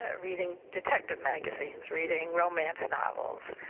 ah reading detective magazines, reading romance novels,